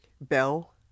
Bell